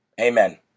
amen